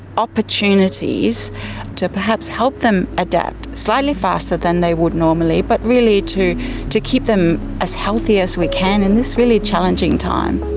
opportunities to perhaps help them adapt slightly faster than they would normally, but really to to keep them as healthy as we can in this really challenging time.